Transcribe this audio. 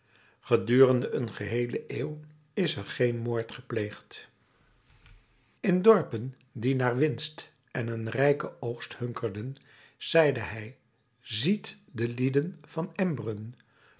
gedurende een geheele eeuw is er geen moord gepleegd in dorpen die naar winst en een rijken oogst hunkerden zeide hij ziet de lieden van embrun